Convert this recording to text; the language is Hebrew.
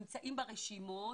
נמצאים ברשימות